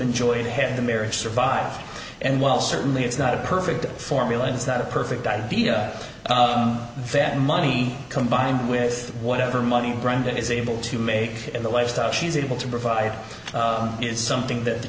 enjoyed had the marriage survive and while certainly it's not a perfect formula it's not a perfect idea that money combined with whatever money brenda is able to make in the lifestyle she's able to provide is something that the